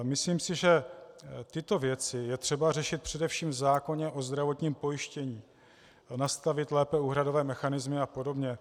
Myslím si, že tyto věci je třeba řešit především v zákoně o zdravotním pojištění a nastavit lépe úhradové mechanismy a podobně.